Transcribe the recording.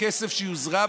של שפיות.